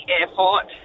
airport